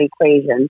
equation